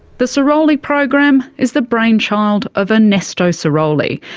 the sirolli program is the brainchild of ernesto sirolli.